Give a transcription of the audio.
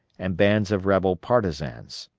and bands of rebel partisans.